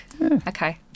Okay